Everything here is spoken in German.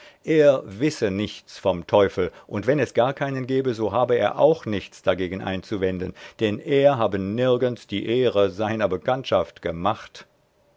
er wisse nichts vom teufel und wenn es gar keinen gebe so habe er auch nichts dagegen einzuwenden denn er habe nirgends die ehre seiner bekanntschaft gemacht